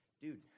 Dude